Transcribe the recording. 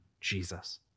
Jesus